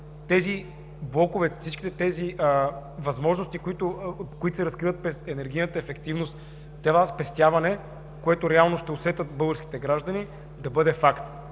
тези блокове, възможности, които се разкриват през енергийната ефективност с цел спестяване, което реално ще усетят българските граждани, да бъде факт.